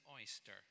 oyster